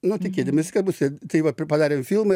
nu tikėdamiesi kad bus ir tai va padarėm filmą